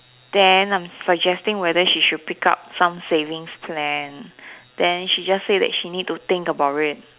then I'm suggesting whether she should pick up some savings plan then she just say that she need to think about it